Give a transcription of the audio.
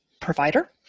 provider